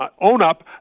own-up